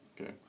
Okay